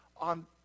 on